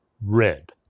red